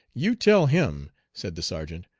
you tell him, said the sergeant,